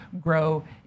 grow